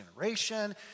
generation